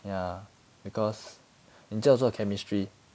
ya because 你叫我做 chemistry